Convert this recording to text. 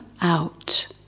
out